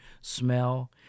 smell